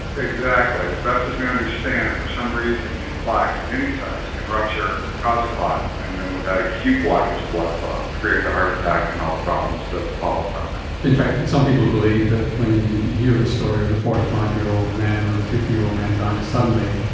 exactly. as best as we understand, for some reason these plaques at any size can rupture, cause a clot, and then with that acute blockage of blood flow create a heart attack and all the problems that follow from that. in fact and some people believe that when you hear of the story of the forty five year old man or the fifty year old man dying suddenly,